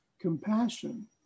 compassion